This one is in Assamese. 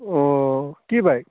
অঁ কি বাইক